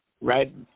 right